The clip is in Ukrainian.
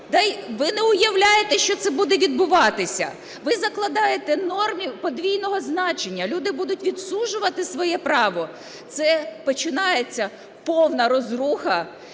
Ви не уявляєте, що це буде відбуватися. Ви закладаєте норми подвійного значення, люди будуть відсуджувати своє право. Це починається повна розруха,